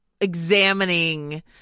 examining